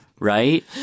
Right